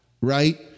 right